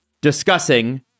discussing